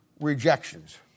rejections